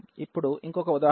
ఇప్పుడు ఇంకొక ఉదాహరణ చూద్దాం